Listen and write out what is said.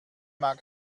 mag